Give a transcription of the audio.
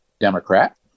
Democrat